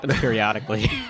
periodically